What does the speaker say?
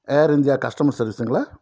air India customer சர்வீஸுங்களா